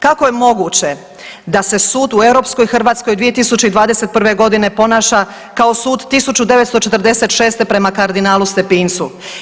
Kako je moguće da se sud u europskoj Hrvatskoj 2021. godine ponaša kao sud 1946. prema kardinalu Stepincu.